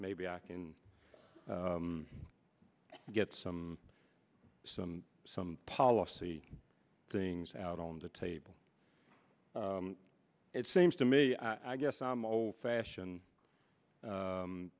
maybe i can get some some some policy things out on the table it seems to me i guess i'm old fashioned